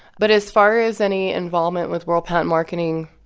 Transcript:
but as far as any involvement with world patent marketing,